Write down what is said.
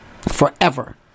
forever